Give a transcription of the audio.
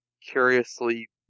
curiously